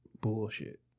bullshit